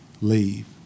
leave